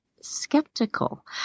skeptical